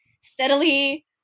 steadily